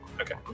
Okay